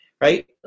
right